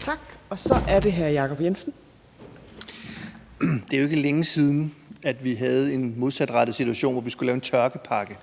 Jacob Jensen. Kl. 14:54 Jacob Jensen (V): Det er jo ikke længe siden, at vi havde den modsatte situation, hvor vi skulle lave en tørkepakke